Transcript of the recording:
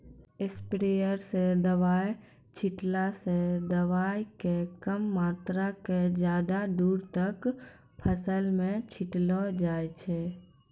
sprayer स दवाय छींटला स दवाय के कम मात्रा क ज्यादा दूर तक फसल मॅ छिटलो जाय छै